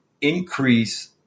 increase